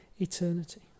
eternity